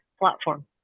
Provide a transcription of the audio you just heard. platform